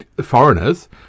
foreigners